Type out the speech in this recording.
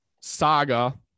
saga